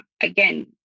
again